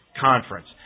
conference